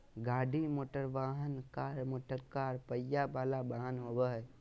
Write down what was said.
गाड़ी मोटरवाहन, car motorcar पहिया वला वाहन होबो हइ